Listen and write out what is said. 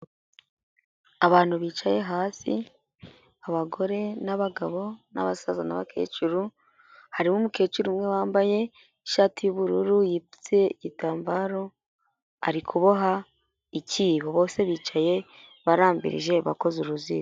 Abantu bicaye hasi abagore n'abagabo n'abasaza n'abakecuru, harimo umukecuru umwe wambaye ishati y'ubururu yipfutse igitambaro ari kuboha icyibo, bose bicaye barambirije bakoze uruziga.